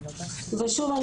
שוב,